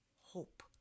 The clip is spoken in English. hope